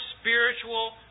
spiritual